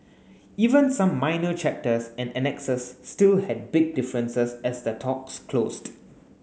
even some minor chapters and annexes still had big differences as the talks closed